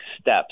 steps